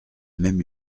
même